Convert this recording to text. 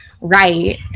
right